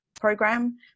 program